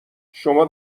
شما